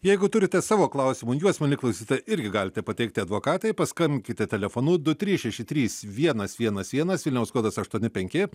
jeigu turite savo klausimų juos mieli klausytojai irgi galite pateikti advokatei paskambinkite telefonu du trys šeši trys vienas vienas vienas vilniaus kodas aštuoni penki